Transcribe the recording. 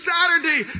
Saturday